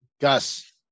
Gus